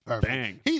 Bang